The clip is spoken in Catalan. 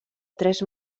tres